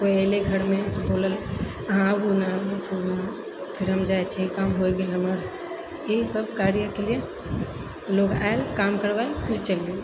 कोइ ऐलै घरमे तऽ बोलल अहाँ आबू ने फेर हम जाइ छियै काम होइ गेल हमर ई सब कार्यके लिए लोग आयल काम करबायल फिर चलि गेल